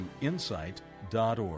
insight.org